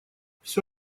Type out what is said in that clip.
все